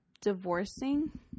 divorcing